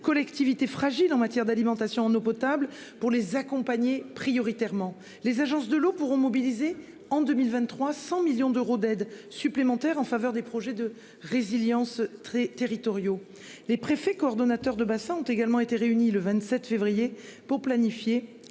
collectivités fragile en matière d'alimentation en eau potable pour les accompagner prioritairement les agences de l'eau pourront mobiliser. En 2023, 100 millions d'euros d'aides supplémentaires en faveur des projets de résilience très territoriaux les préfets coordonnateurs de bassin ont également été réuni le 27 février pour planifier